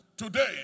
Today